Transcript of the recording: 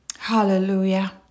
Hallelujah